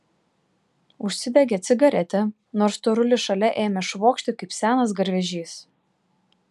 užsidegė cigaretę nors storulis šalia ėmė švokšti kaip senas garvežys